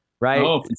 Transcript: right